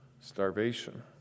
Starvation